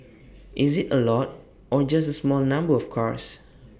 is IT A lot or just A small number of cars